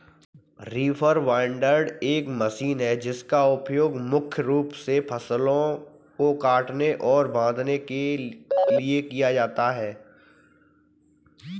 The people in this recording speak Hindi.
रीपर बाइंडर एक मशीन है जिसका उपयोग मुख्य रूप से फसलों को काटने और बांधने के लिए किया जाता है